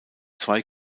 zwei